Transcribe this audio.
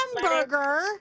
Hamburger